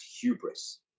hubris